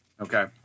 Okay